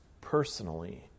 personally